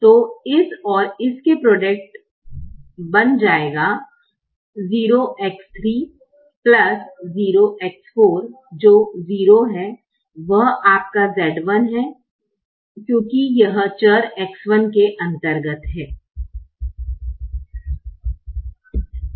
तो इस और इस के प्रॉडक्ट बन जाएगा जो 0 है वह आपका z 1 z 1 है क्योंकि यह चर X 1 के अंतर्गत है